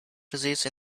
disease